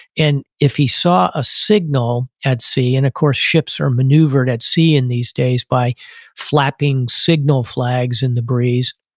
and if he saw a signal at sea, of course ships are maneuvered at sea, in these days, by flapping signal flags in the breeze.